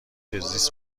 زیست